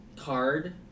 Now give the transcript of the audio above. card